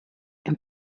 and